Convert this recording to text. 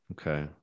Okay